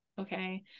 okay